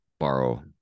borrow